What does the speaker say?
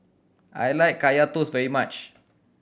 I like Kaya Toast very much